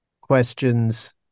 questions